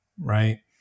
right